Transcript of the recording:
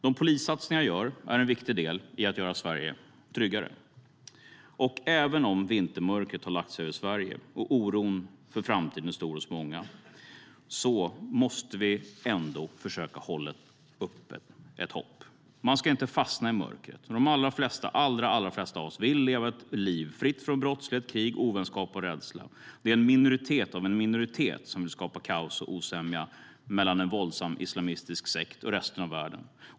De polissatsningar vi gör är en viktig del i att göra Sverige tryggare. Även om vintermörkret har lagt sig över Sverige och oron för framtiden är stor hos många måste vi ändå försöka hålla hoppet uppe. Man ska inte fastna i mörkret. De allra flesta av oss vill leva ett liv fritt från brottslighet, krig, ovänskap och rädsla. Det är en minoritet av en minoritet som vill skapa kaos och osämja mellan en våldsam islamistisk sekt och resten av världen.